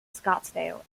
scottsdale